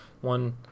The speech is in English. One